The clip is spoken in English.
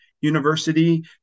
University